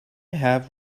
have